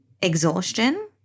exhaustion